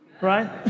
right